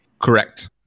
Correct